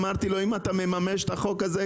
ואמרתי לו: אם אתה מממש את החוק הזה,